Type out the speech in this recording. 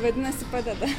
vadinasi padeda